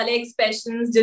expressions